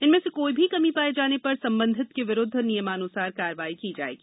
इनमें से कोई भी कमी पाये जाने पर संबंधित के विरुद्ध नियमानुसार कार्यवाही की जायेगी